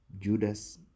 Judas